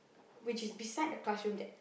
which is beside the classroom that